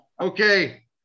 Okay